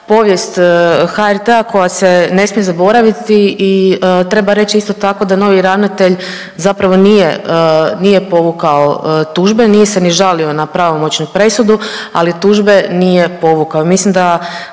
povijest HRT-a koja se ne smije zaboraviti i treba reći, isto tako, da novi ravnatelj zapravo nije povukao tužbe, nije se ni žalio na pravomoćnu presudu, ali tužbe nije povukao